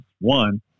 One